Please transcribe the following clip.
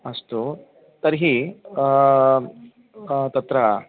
अस्तु तर्हि तत्र